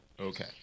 Okay